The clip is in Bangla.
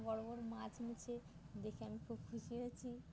বড় বড় মাছ নিচ্ছি দেখে আমি খুব খুশি হয়েছি